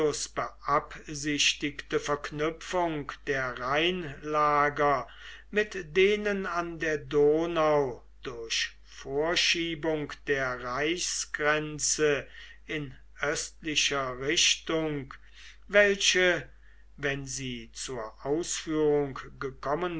beabsichtigte verknüpfung der rheinlager mit denen an der donau durch vorschiebung der reichsgrenze in östlicher richtung welche wenn sie zur ausführung gekommen